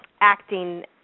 acting